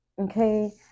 Okay